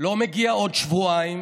לא מגיעים עוד שבועיים